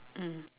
mm